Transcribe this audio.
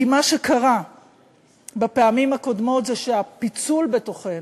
כי מה שקרה בפעמים הקודמות זה שהפיצול בתוכנו,